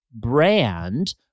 brand